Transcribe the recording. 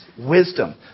Wisdom